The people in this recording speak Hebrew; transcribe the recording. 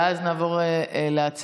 ואז נעבור להצבעה.